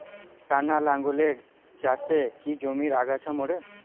টানা লাঙ্গলের চাষে কি জমির আগাছা মরে?